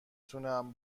تونم